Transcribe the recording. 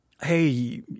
hey